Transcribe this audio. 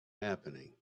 happening